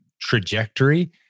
trajectory